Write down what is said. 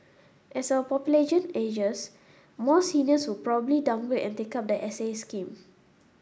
as our population ages more seniors would probably downgrade and take up the S A scheme